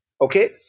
okay